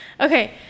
Okay